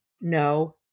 no